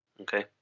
Okay